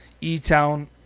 E-Town